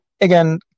Again